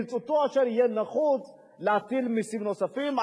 תהיה אשר תהיה הנחיצות להטיל מסים נוספים.